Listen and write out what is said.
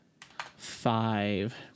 five